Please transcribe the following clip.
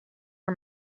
her